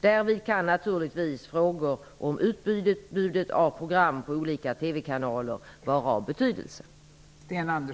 Därvid kan naturligtvis frågor om utbudet av program på olika TV-kanaler vara av betydelse.